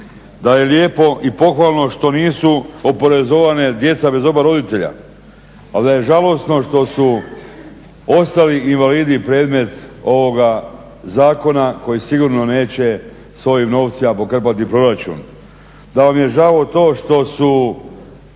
da je lijepo i pohvalno što nisu oporezovane djeca bez oba roditelja. Ali da je žalosno što su ostali invalidi predmet ovoga zakona koji sigurno neće s ovim novcima pokrpati proračun, da vam je žao to što su